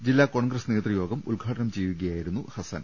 ജില്ലാ കോൺഗ്രസ് നേതൃ യോഗം ഉദ്ഘാടനം ചെയ്യുകയായിരുന്നു ഹസ്സൻ